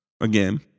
Again